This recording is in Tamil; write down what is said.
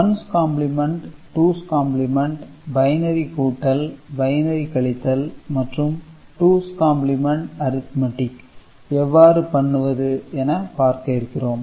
once complement two's complement binary கூட்டல் பைனரி கழித்தல் மற்றும் டூஸ் காம்ப்ளிமென்ட் அறித்மெடிக் எவ்வாறு பண்ணுவது என பார்க்க இருக்கிறோம்